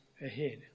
ahead